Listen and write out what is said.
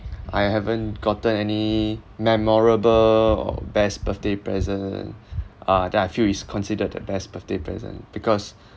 I haven't gotten any memorable or best birthday present uh that I feel is considered the best birthday present because